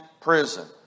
prison